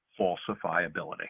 falsifiability